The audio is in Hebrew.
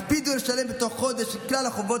הקפידו לשלם תוך חודש את כלל חובות